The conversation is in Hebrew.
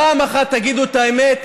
פעם אחת תגידו את האמת: